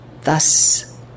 thus